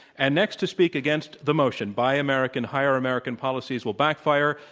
and next to speak against the motion buy american hire american policies will backfire,